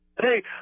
Hey